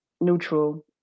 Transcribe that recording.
neutral